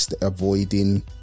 avoiding